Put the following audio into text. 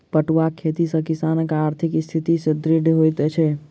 पटुआक खेती सॅ किसानकआर्थिक स्थिति सुदृढ़ होइत छै